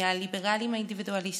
מהליברלים האינדיבידואליסטים,